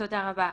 תודה רבה.